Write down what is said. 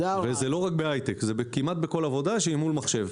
זה לא רק בהייטק אלא כמעט בכל עבודה שהיא מול מחשב.